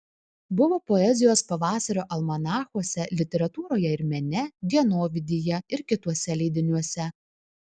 buvo poezijos pavasario almanachuose literatūroje ir mene dienovidyje ir kituose leidiniuose